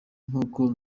nk’uko